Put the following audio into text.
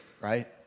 right